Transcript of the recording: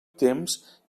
temps